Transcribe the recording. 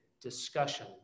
discussion